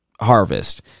harvest